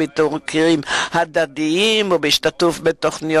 בביקורים הדדיים ובהשתתפות בתוכנית